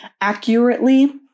accurately